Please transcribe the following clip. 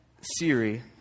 Siri